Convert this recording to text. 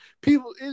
people